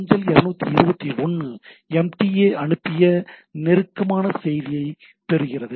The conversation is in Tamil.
அஞ்சல் 221 எம்டிஏ அனுப்பிய நெருக்கமான செய்திகளைப் பெறுகிறது